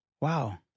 Wow